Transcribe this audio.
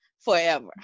forever